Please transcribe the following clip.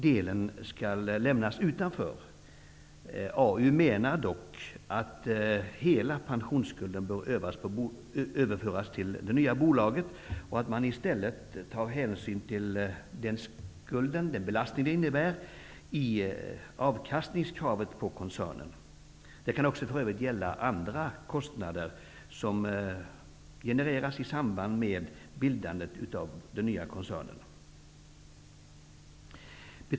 Arbetsmarknadsutskottet menar dock att hela pensionsskulden bör överföras till det nya bolaget, och att man i stället i avkastningskravet på koncernen tar hänsyn till den belastning skulden innebär. Detta kan också för övrigt gälla andra kostnader som genereras i samband med bildandet av den nya koncernen.